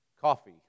coffee